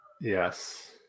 yes